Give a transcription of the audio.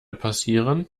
passieren